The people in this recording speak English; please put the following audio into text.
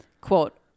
Quote